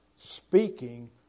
Speaking